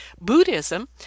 Buddhism